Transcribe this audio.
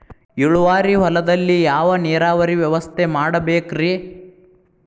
ಇಳುವಾರಿ ಹೊಲದಲ್ಲಿ ಯಾವ ನೇರಾವರಿ ವ್ಯವಸ್ಥೆ ಮಾಡಬೇಕ್ ರೇ?